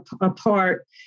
apart